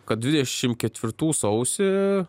kad dvidešimt ketvirtų sausi